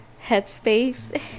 headspace